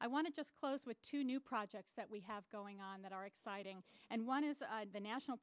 i want to just close with two new projects that we have going on that are exciting and one is the national